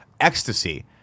ecstasy